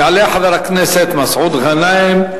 יעלה חבר הכנסת מסעוד גנאים,